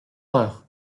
horreur